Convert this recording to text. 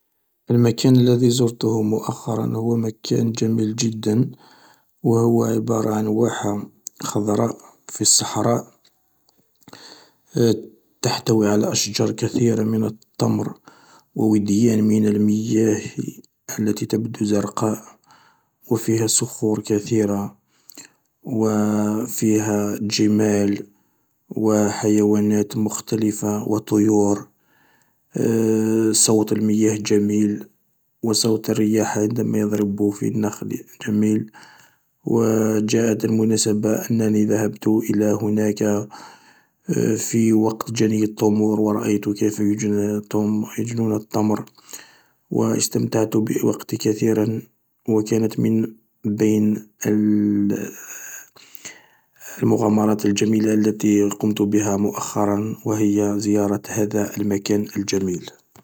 المكان الذي زرته مؤخرا هو مكان جميل جدا هو عبارة عن واحدة خضراء في الصحراء تحتوي على أشجار كثيرة من التمر و وديان من المياه التي تبدو زرقاء و فيها صخور كثيرة و فيها جمال و حيوانات مختلفة و طيور صوت المياه جميل و صوت الرياح عندما يضرب في النخل جميل و جاءت المناسبة أنني ذهبت إلى هناك في وقت جني التمور و رأيت كيف يجنون التمر و استمتعت بوقتي كثيرا و كانت من بين المغامرات الجميلة التي قمت بها مؤخرا و هي زيارة هذا المكان الجميل.